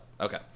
Okay